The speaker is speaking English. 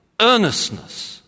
earnestness